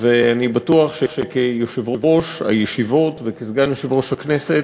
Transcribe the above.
ואני בטוח שכיושב-ראש הישיבות וכסגן יושב-ראש הכנסת